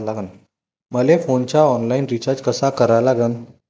मले फोनचा online recharge कसा करा लागन?